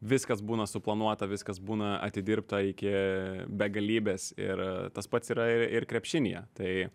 viskas būna suplanuota viskas būna atidirbta iki begalybės ir tas pats yra ir krepšinyje tai